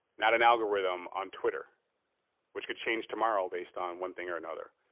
not an algorithm on twitter which could change tomorrow based on one thing or another.